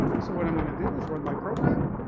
so what i'm going to do, is run my program.